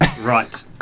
right